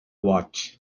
watch